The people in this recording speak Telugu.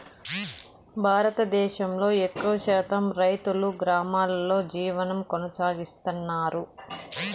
భారతదేశంలో ఎక్కువ శాతం రైతులు గ్రామాలలో జీవనం కొనసాగిస్తన్నారు